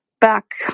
back